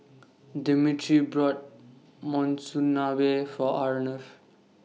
Demetri bought Monsunabe For Arnav